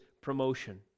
promotion